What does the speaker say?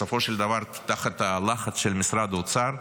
בסופו של דבר תחת הלחץ של משרד האוצר,